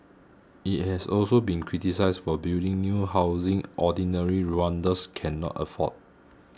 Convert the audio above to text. it has also been criticised for building new housing ordinary Rwandans cannot afford